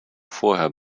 vorher